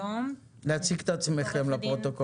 נא להציג את עצמכם לפרוטוקול.